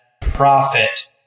profit